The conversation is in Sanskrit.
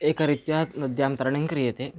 एकरीत्यां नद्यां तरणं क्रियते